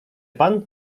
pan